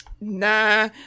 nah